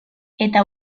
eta